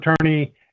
attorney